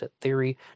theory